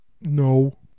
No